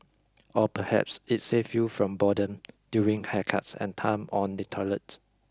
or perhaps it saved you from boredom during haircuts and time on the toilet